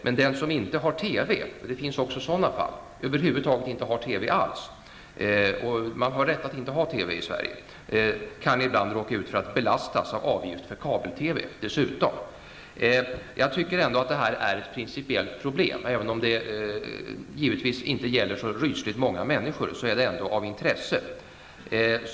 Men den som inte har TV -- det finns också sådana som över huvud taget inte har någon TV, och man har rätt att inte ha TV i Sverige -- kan ibland råka ut för att belastas med en avgift för kabel-TV. Jag tycker ändå att det här är ett principiellt problem. Även om det givetvis inte gäller så rysligt många människor, är det av intresse.